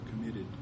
committed